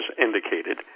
indicated